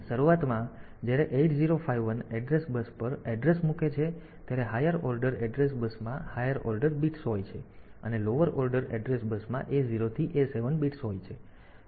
તેથી શરૂઆતમાં જ્યારે 8051 એડ્રેસ બસ પર એડ્રેસ મૂકે છે ત્યારે હાયર ઓર્ડર એડ્રેસ બસમાં હાયર ઓર્ડર બિટ્સ હોય છે અને લોઅર ઓર્ડર એડ્રેસ બસમાં A 0 થી A 7 બિટ્સ હોય છે